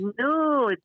No